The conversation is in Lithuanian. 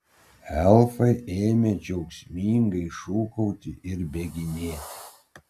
elfai ėmė džiaugsmingai šūkauti ir bėginėti